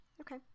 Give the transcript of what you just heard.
Okay